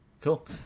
Cool